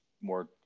more